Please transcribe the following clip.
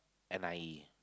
N_I_E